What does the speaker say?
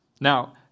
Now